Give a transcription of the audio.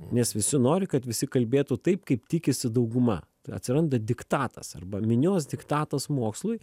nes visi nori kad visi kalbėtų taip kaip tikisi dauguma atsiranda diktatas arba minios diktatas mokslui